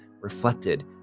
reflected